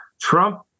Trump